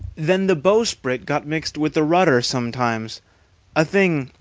then the bowsprit got mixed with the rudder sometimes a thing,